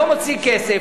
לא מוציא כסף,